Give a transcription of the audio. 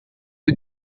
you